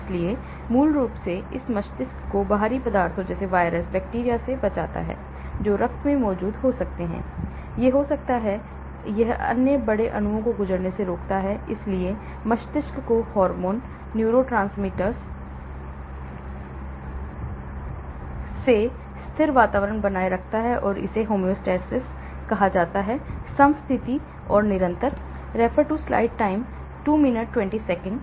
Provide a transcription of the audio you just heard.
इसलिए मूल रूप से यह मस्तिष्क को बाहरी पदार्थों जैसे वायरस बैक्टीरिया से बचाता है जो रक्त में मौजूद हो सकते हैं यह हो सकता है यह बड़े अणुओं को गुजरने से रोकता है इसलिए यह मस्तिष्क को हार्मोन और न्यूरोट्रांसमीटर से स्थिर वातावरण बनाए रखता है और इसे होमोस्टैसिस कहा जाता है समस्थिति निरंतर वातावरण